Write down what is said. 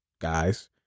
guys